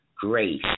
grace